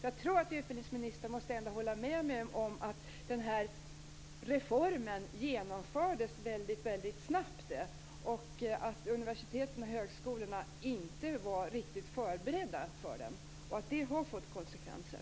Jag tror att utbildningsministern ändå måste hålla med mig om att reformen genomfördes väldigt snabbt, att universiteten och högskolorna inte var riktigt förberedda för den och att det har fått konsekvenser.